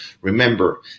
Remember